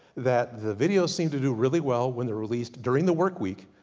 that the video's seem to do really well, when they're released during the work week.